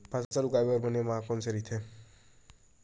फसल उगाये बर बने माह कोन से राइथे?